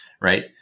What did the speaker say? right